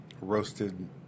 roasted